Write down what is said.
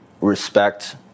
respect